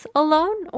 alone